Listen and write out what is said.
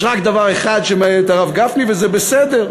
יש רק דבר אחד שמעניין את הרב גפני, וזה בסדר.